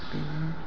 बिदिनो